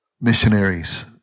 Missionaries